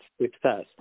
success